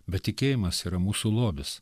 bet tikėjimas yra mūsų lobis